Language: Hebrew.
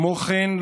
כמו כן,